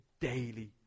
daily